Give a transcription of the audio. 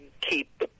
keep